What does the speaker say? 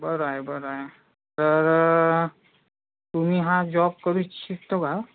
बर आहे बर आहे तर तुम्ही हा जॉब करू इच्छितो का